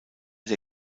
der